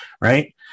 Right